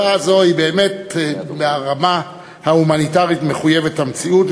הצעה זו היא באמת מהרמה ההומניטרית מחויבת המציאות,